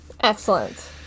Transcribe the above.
Excellent